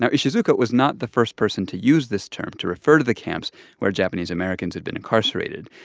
ah ishizuka was not the first person to use this term to refer to the camps where japanese americans had been incarcerated.